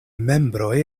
membroj